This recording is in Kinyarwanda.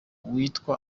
bityo